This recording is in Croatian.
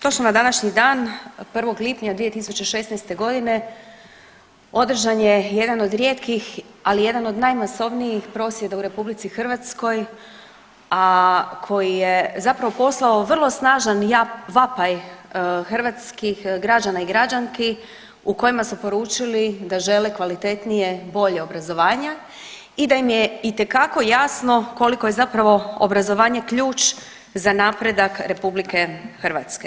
Točno na današnji dan 1. lipnja 2016.g. održan je jedan od rijetkih, ali jedan od najmasovnijih prosvjeda u RH, a koji je zapravo poslao vrlo snažan vapaj hrvatskih građana i građanki u kojima su poručili da žele kvalitetnije i bolje obrazovanje i da im je itekako jasno koliko je zapravo obrazovanje ključ za napredak RH.